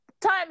time